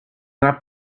not